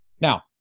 Now